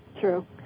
True